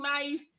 nice